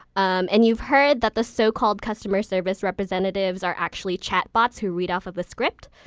um and you've heard that the so-called customer service representatives are actually chatbots who read off of the script,